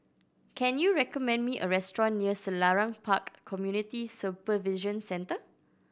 can you recommend me a restaurant near Selarang Park Community Supervision Centre